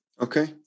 Okay